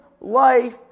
life